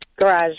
Garage